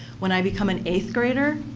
when i became an eighth grader,